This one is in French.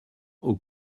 aux